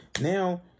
Now